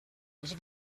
els